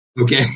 Okay